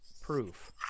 proof